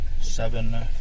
seven